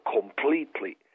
completely